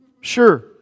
Sure